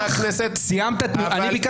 חבר הכנסת בליאק איזה קריאה חבר הכנסת בליאק?